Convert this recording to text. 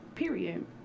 Period